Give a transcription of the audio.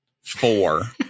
Four